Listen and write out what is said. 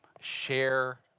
share